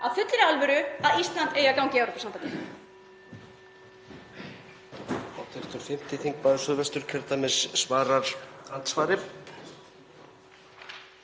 af fullri alvöru að Ísland eigi að ganga í Evrópusambandið?